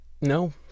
No